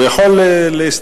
הוא יכול להתייחס,